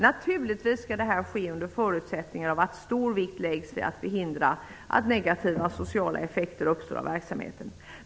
Naturligtvis skall det ske under förutsättning att stor vikt läggs vid att förhindra negativa sociala effekter av verksamheten.